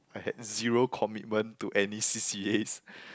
I had zero commitment to any c_c_as